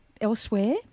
elsewhere